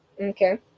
Okay